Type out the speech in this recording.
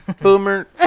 Boomer